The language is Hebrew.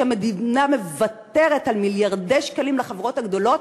שהמדינה מוותרת בו על מיליארדי שקלים לחברות הגדולות,